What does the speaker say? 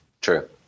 True